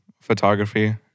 photography